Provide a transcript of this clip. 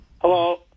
Hello